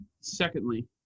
Secondly